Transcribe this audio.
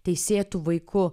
teisėtu vaiku